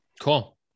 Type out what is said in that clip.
Cool